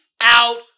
out